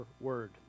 word